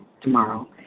tomorrow